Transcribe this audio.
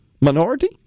minority